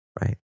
right